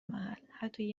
محل، حتی